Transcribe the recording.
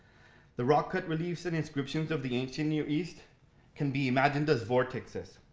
the rock cut reliefs and inscriptions of the ancient near east can be imagined as vortexes,